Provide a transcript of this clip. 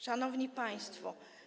Szanowni Państwo!